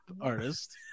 artist